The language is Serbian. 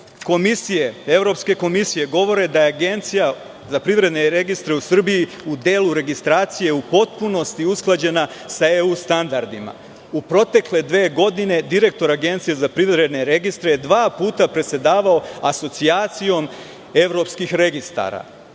Evropske komisije govore da je Agencija za privredne registre u Srbiji u delu registracije u potpunosti usklađena sa EU standardima. U protekle dve godine direktor Agencije za privredne registre je dva puta predsedavao Asocijacijom evropskih registara.